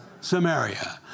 Samaria